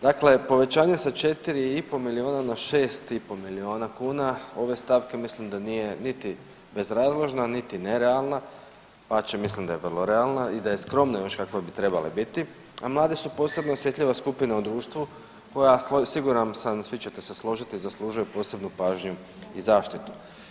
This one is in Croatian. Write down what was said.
Dakle, povećanje sa 4 i po miliona na 6 i po miliona kuna ove stavke mislim da nije niti bezrazložno, niti nerealna, dapače mislim da je vrlo realna i da je skromna još kakva bi trebala biti, a mladi su posebno osjetljiva skupina u društvu koja siguran sam svi ćete se složiti zaslužuje posebnu pažnju i zaštitu.